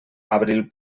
abril